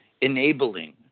enabling